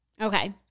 Okay